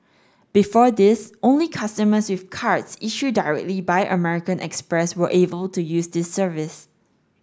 before this only customers with cards issued directly by American Express were able to use the service